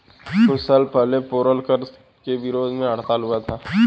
कुछ साल पहले पेरोल कर के विरोध में हड़ताल हुआ था